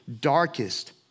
darkest